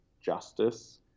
justice